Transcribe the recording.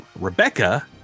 Rebecca